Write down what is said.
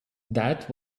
that